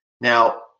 Now